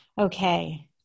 Okay